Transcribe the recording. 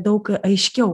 daug aiškiau